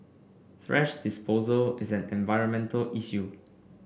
thrash disposal is an environmental issue